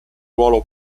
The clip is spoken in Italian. ruolo